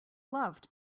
loved